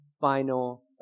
final